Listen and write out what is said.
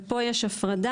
ופה יש הפרדה,